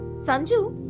sanju!